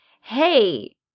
Hey